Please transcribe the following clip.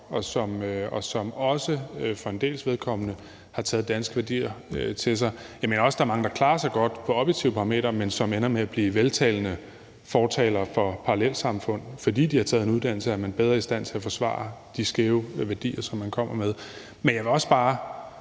og som også for en dels vedkommende har taget danske værdier til sig. Jeg mener også, der er mange, der klarer sig godt efter objektive parametre, men som ender med at blive veltalende fortalere for parallelsamfund; for når man har taget en uddannelse, er man bedre i stand til at forsvare de skæve værdier, som man kommer med. Men jeg vil også bare